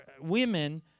women